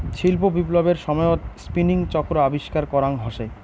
শিল্প বিপ্লবের সময়ত স্পিনিং চক্র আবিষ্কার করাং হসে